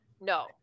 No